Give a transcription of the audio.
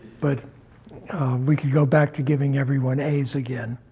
but we could go back to giving everyone as again.